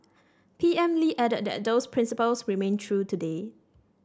P M Lee added that those principles remain true today